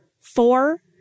four